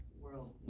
world